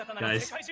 guys